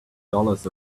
dollars